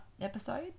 episode